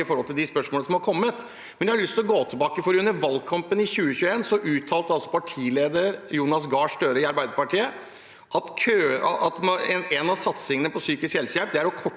ganger til de spørsmålene som har kommet. Jeg har lyst til å gå litt tilbake. Under valgkampen i 2021 uttalte partileder Jonas Gahr Støre i Arbeiderpartiet at en av satsingene innen psykisk helsehjelp var å korte